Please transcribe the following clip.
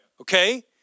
okay